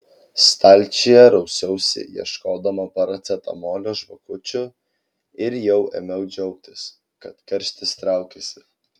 stalčiuje rausiausi ieškodama paracetamolio žvakučių ir jau ėmiau džiaugtis kad karštis traukiasi